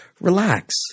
relax